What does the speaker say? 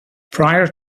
prior